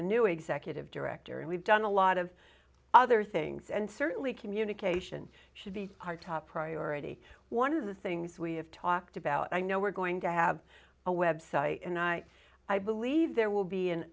a new executive director and we've done a lot of other things and certainly communication should be our top priority one of the things we have talked about i know we're going to have a website and i i believe there will be